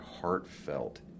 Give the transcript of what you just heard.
heartfelt